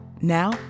Now